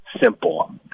simple